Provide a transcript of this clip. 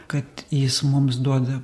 kad jis mums duoda